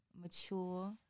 mature